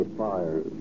fire